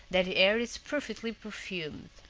that the air is perfectly perfumed.